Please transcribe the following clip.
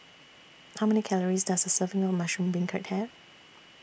How Many Calories Does A Serving of Mushroom Beancurd Have